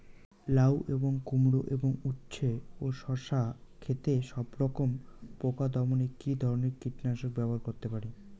লাউ এবং কুমড়ো এবং উচ্ছে ও শসা ক্ষেতে সবরকম পোকা দমনে কী ধরনের কীটনাশক ব্যবহার করতে পারি?